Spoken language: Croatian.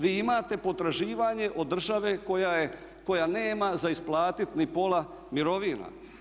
Vi imate potraživanje od države koja nema za isplatiti ni pola mirovina.